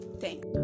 thanks